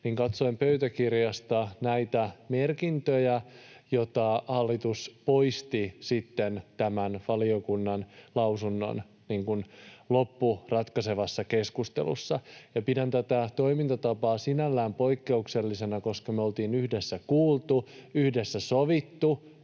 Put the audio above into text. ja pöytäkirjasta näitä merkintöjä, joita hallitus poisti sitten tämän valiokunnan lausunnon loppuratkaisevassa keskustelussa. Pidän tätä toimintatapaa sinällään poikkeuksellisena, koska me oltiin yhdessä kuultu ja yhdessä sovittu,